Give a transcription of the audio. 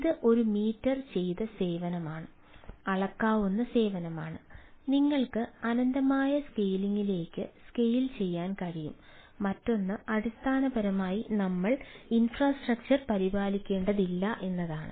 ഇത് ഒരു മീറ്റർ ചെയ്ത സേവനമാണ് അളക്കാവുന്ന സേവനമാണ് നിങ്ങൾക്ക് അനന്തമായ സ്കെയിലിംഗിലേക്ക് സ്കെയിൽ ചെയ്യാൻ കഴിയും മറ്റൊന്ന് അടിസ്ഥാനപരമായി നമ്മൾ ഇൻഫ്രാസ്ട്രക്ചർ പരിപാലിക്കേണ്ടതില്ല എന്നതാണ്